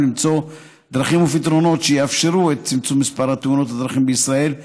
למצוא דרכים ופתרונות שיאפשרו את צמצום מספר תאונות הדרכים בישראל,